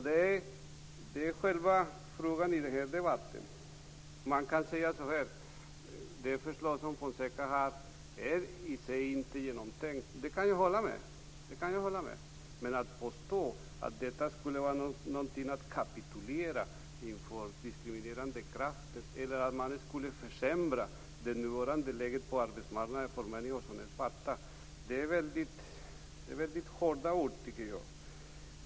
Det är själva frågan i den här debatten. Man kan säga att Fonsecas förslag inte är riktigt genomtänkt, och det kan jag hålla med om. Men att påstå att det skulle vara att kapitulera inför diskriminerande krafter eller att det skulle försämra det nuvarande läget på arbetsmarknaden för svarta är väldigt hårda ord.